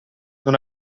non